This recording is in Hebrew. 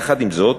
יחד עם זאת,